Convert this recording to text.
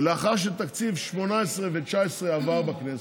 ולאחר שתקציב 2018 ו-2019 עבר בכנסת,